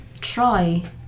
try